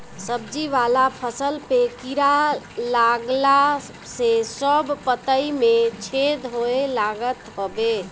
सब्जी वाला फसल पे कीड़ा लागला से सब पतइ में छेद होए लागत हवे